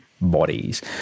bodies